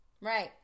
Right